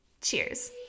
Cheers